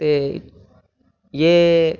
ते ये